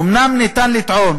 "אומנם ניתן לטעון